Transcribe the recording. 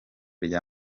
rya